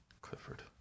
Clifford